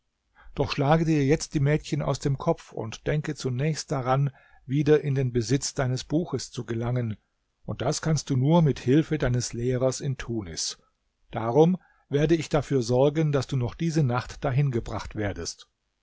doch schlage dir jetzt die mädchen aus dem kopf und denke zunächst daran wieder in den besitz deines buches zu gelangen und das kannst du nur mit hilfe deines lehrers in tunis darum werde ich dafür sorgen daß du noch diese nacht dahin gebracht werdest